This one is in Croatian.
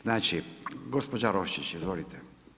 Znači gospođa Roščić, izvolite.